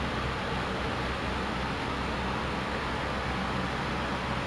but I don't know about next semester like I'm still on holiday so I'm not sure